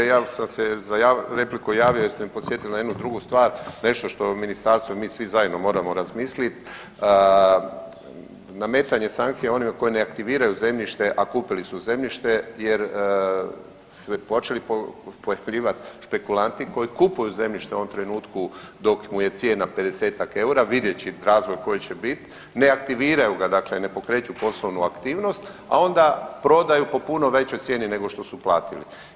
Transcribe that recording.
Ja sam se za repliku javio jer ste me podsjetili na jednu drugu stvar nešto što ministarstvo i mi svi zajedno moramo razmisliti, nametanje sankcija onima koji ne aktiviraju zemljište, a kupili su zemljište jer su se počeli pojavljivat špekulanti koji kupuju zemljište u ovom trenutku dok mu je cijena 50-ak eura, videći razvoj koji će bit, ne aktiviraju ga dakle ne pokreću poslovnu aktivnost, a onda prodaju po puno većoj cijeni nego što su platili.